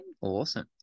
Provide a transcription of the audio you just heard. awesome